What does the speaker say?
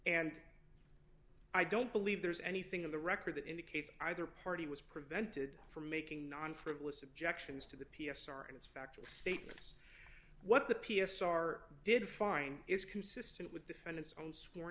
and i don't believe there's anything in the record that indicates either party was prevented from making non frivolous objections to the p s r inspectors statements what the p s r did find is consistent with defendant's own sworn